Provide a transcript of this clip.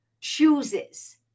chooses